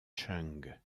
chung